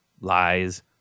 lies